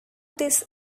this